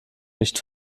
nicht